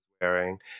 wearing